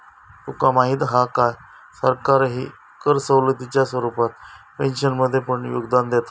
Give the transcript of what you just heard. तुका माहीत हा काय, सरकारही कर सवलतीच्या स्वरूपात पेन्शनमध्ये पण योगदान देता